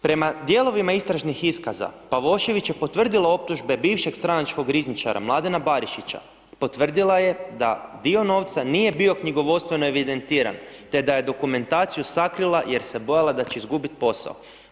Prema dijelovima istražnih iskaza, Pavošević je potvrdila optužbe bivšeg stranačkog rizničara Mladena Barišića, potvrdila je da dio novca nije bio knjigovodstveno evidentiran, te da je dokumentaciju sakrila jer se bojala da će izgubiti posao.